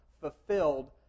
fulfilled